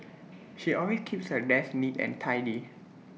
she always keeps her desk neat and tidy